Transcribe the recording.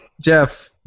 Jeff